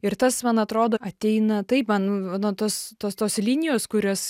ir tas man atrodo ateina taip man nuo tos tos tos linijos kurios